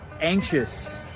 anxious